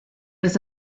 was